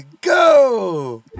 go